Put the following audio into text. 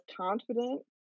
confident